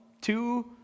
two